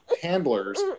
handlers